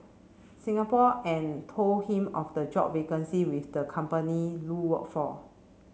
Singapore and told him of the job vacancy with the company Lu worked for